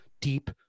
deep